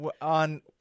on